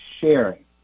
sharing